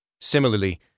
Similarly